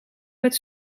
met